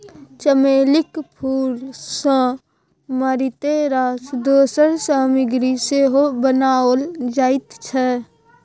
चमेलीक फूल सँ मारिते रास दोसर सामग्री सेहो बनाओल जाइत छै